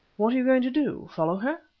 what are you going to do follow her?